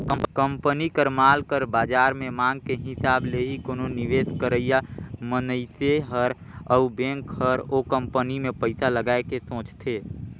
company कर माल कर बाजार में मांग के हिसाब ले ही कोनो निवेस करइया मनइसे हर अउ बेंक हर ओ कंपनी में पइसा लगाए के सोंचथे